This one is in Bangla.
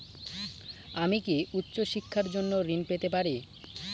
আমি কি উচ্চ শিক্ষার জন্য ঋণ পেতে পারি?